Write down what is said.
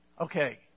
Okay